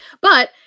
But-